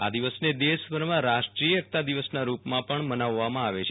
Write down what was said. આ દિવસને દેશભરમાં રાષ્ટ્રીય એકતા દિવસના રૂપમાં પણ મનાવવામાં આવે છે